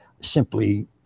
simply